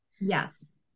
Yes